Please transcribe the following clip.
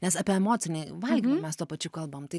nes apie emocinį valgymą mes tuo pačiu kalbam tai